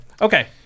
okay